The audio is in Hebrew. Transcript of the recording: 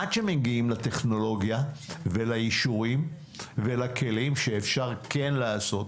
עד שמגיעים לטכנולוגיה ולאישורים ולכלים שאפשר כן לעשות.